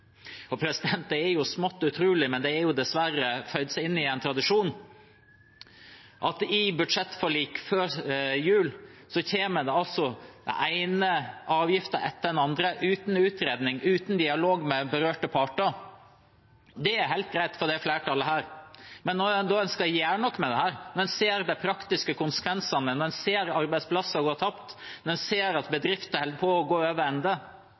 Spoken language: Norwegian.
Og det er jo smått utrolig, men det har dessverre føyd seg inn i en tradisjon: at i budsjettforlik før jul kommer den ene avgiften etter den andre, uten utredning, uten dialog med berørte parter. Det er helt greit for dette flertallet, men når en da skal gjøre noe med det, når en ser de praktiske konsekvensene, når en ser arbeidsplasser gå tapt, når en ser at bedrifter holder på å gå over ende,